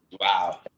Wow